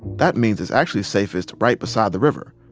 that means it's actually safest right beside the river,